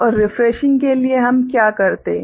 और रिफ्रेशिंग के लिए हम क्या करते हैं